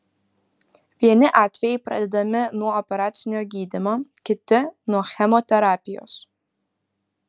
vieni atvejai pradedami nuo operacinio gydymo kiti nuo chemoterapijos